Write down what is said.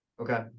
Okay